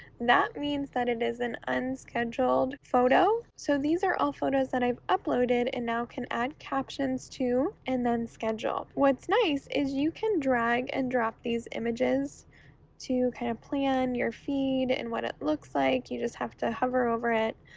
that means that it is an unscheduled photo. so these are all photos that i've uploaded and now can add captions to and then schedule. what's nice is you can drag and drop these images to kind of plan your feed and what it looks like, you just have to hover over it,